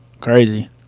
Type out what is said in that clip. crazy